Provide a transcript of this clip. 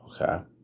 Okay